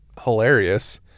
hilarious